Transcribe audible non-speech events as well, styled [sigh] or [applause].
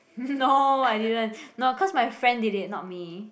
[laughs] no I didn't no cause my friend did it not me